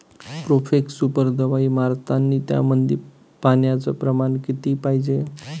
Profex super दवाई मारतानी त्यामंदी पान्याचं प्रमाण किती पायजे?